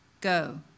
go